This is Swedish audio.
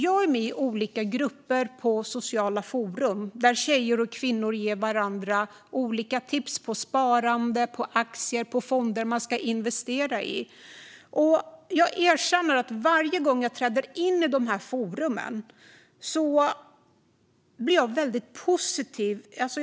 Jag är med i olika grupper på sociala forum där tjejer och kvinnor ger varandra olika tips om sparande och om aktier och fonder man ska investera i. Jag erkänner att jag blir väldigt positiv varje gång jag träder in i dessa forum.